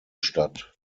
statt